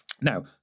Now